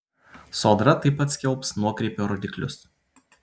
sodra taip pat skelbs nuokrypio rodiklius